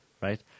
right